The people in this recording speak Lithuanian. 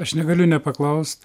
aš negaliu nepaklaust